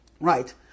Right